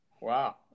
wow